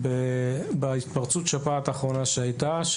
בהתפרצות שפעת האחרונה שהייתה,